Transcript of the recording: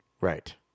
Right